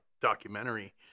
documentary